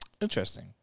Interesting